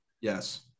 Yes